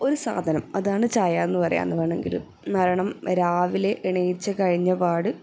ഒരു സാധനം അതാണ് ചായയെന്ന് പറയാന്ന് വേണമെങ്കിൽ കാരണം രാവിലെ എണീച്ച് കഴിഞ്ഞപാട്